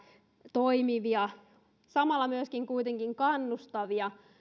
toimivia kuitenkin samalla myöskin kannustavia